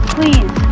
Please